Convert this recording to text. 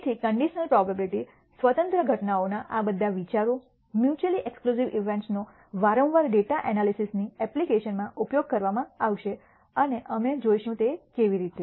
તેથી conditional probability સ્વતંત્ર ઘટનાઓના આ બધા વિચારો મ્યૂચૂઅલી એક્સક્લૂસિવ ઈવેન્ટ્સ નો વારંવાર ડેટા એનાલિસિસની એપ્લિકેશનમાં ઉપયોગ કરવામાં આવશે અને અમે જોઈશું કે કેવી રીતે